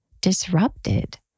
disrupted